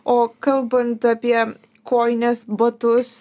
o kalbant apie kojines batus